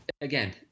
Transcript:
again